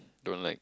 don't like